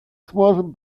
сможем